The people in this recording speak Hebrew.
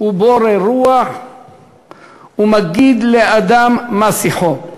ובֹרא רוח ומגיד לאדם מה שחו".